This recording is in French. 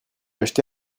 acheté